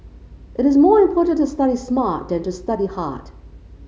it is more important to study smart than to study hard